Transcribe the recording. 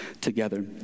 together